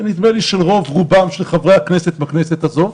ונדמה לי של רוב רובם של חברי הכנסת בכנסת הזאת,